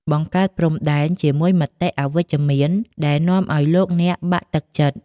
បង្កើតព្រំដែន ជាមួយមតិអវិជ្ជមានដែលនាំឱ្យលោកអ្នកបាក់ទឹកចិត្ត។